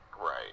Right